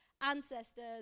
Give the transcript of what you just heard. ancestors